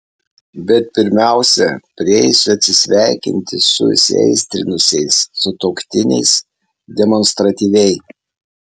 bet pirmiausia prieisiu atsisveikinti su įsiaistrinusiais sutuoktiniais demonstratyviai